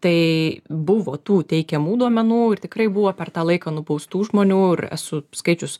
tai buvo tų teikiamų duomenų ir tikrai buvo per tą laiką nubaustų žmonių ir esu skaičius